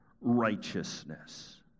righteousness